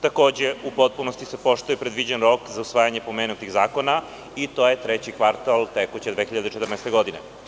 Takođe, u potpunosti se poštuje predviđen rok za usvajanje pomenutih zakona i to je treći kvartal tekuće 2014. godine.